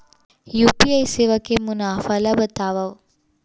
UPI सेवा के मुनाफा ल बतावव?